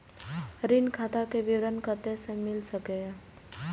ऋण खाता के विवरण कते से मिल सकै ये?